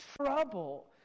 trouble